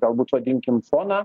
galbūt vadinkim foną